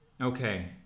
Okay